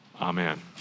Amen